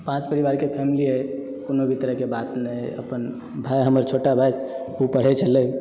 पाँच परिवारके फैमिली है कोनो भी तरहके बात नहि अपन भाय हमर छोट भाय उ पढ़ै छलै